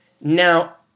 Now